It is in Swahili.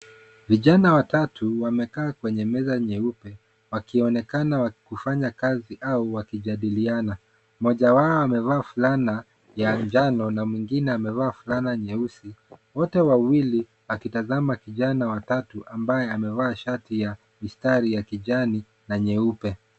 Vijana watatu wamekaa kwenye meza nyeupe wakionekana kufanya kazi au wakijadiliana. Moja wao amevaa fulana ya njano na mwingine amevaa fulana nyeusi. Wote wawili wakitazama kijana wa tatu ambaye amevaa shati ya mistari ya kijani na nyeupe.